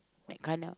mac marnel